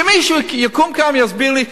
שמישהו יקום כאן ויסביר לי.